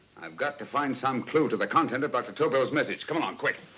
i've got to find some clue to the content of dr. tobel's message. come along, quick.